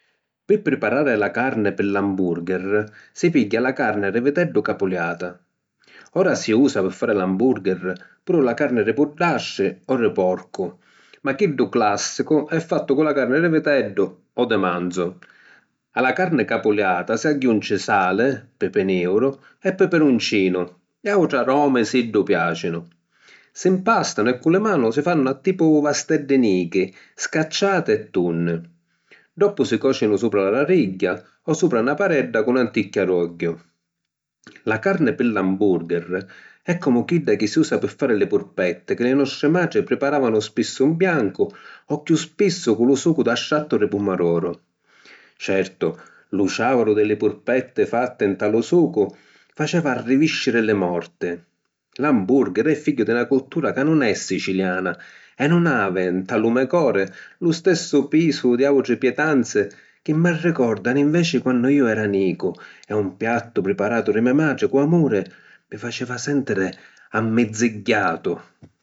Pi priparari la carni pi l’ambùrgheri, si pigghia la carni di viteddu capuliata. Ora si usa, pi fari l’ambùrgheri, puru la carni di puddastri o di porcu, ma chiddu clàssicu è fattu cu la carni di viteddu o di manzu. A la carni capuliata si agghiunci sali, pipi niuru e pipiruncinu, e àutri aromi, siddu piàcinu. Si mpàstanu e cu li manu si fannu a tipu vasteddi nichi, scacciati e tunni; doppu si còcinu supra la gradigghia o supra na padedda cu n’anticchia di ogghiu. La carni pi l’ambùrgheri è comu chidda chi si usa pi fari li purpetti chi li nostri matri priparàvanu spissu ‘n biancu o chiù spissu cu lu sucu d’astrattu di pumadoru. Certu, lu ciàuru di li purpetti fatti nta lu sucu faceva arrivìsciri li morti; l’ambùrgheri è figghiu di na cultura ca nun è siciliana e nun havi nta lu me cori lu stessu pisu di àutri pietanzi chi m’arricòrdanu inveci quannu iu era nicu e un piattu priparatu di me matri cu amuri, mi faceva sèntiri ammizzigghiatu!